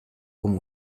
como